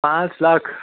પાંચ લાખ